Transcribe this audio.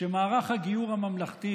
שמערך הגיור הממלכתי